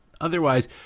Otherwise